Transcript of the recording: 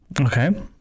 Okay